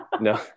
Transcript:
No